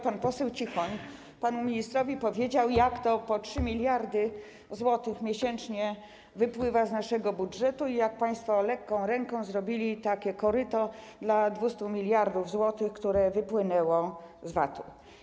Pan poseł Cichoń panu ministrowi powiedział, jak po 3 mld zł miesięcznie wypływa z naszego budżetu i jak państwo lekką ręką zrobili takie koryto dla 200 mld zł, które wypłynęły z VAT-u.